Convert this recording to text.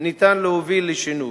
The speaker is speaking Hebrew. ניתן להוביל לשינוי.